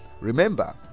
remember